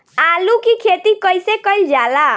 आलू की खेती कइसे कइल जाला?